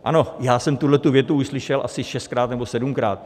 Ano, já jsem tuhletu větu už slyšel asi šestkrát nebo sedmkrát.